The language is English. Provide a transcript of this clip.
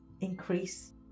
increase